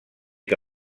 que